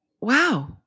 wow